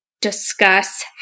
discuss